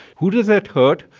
who does it hurt?